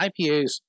IPAs